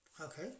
okay